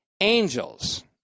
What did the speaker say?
angels